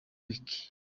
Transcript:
week